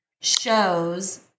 shows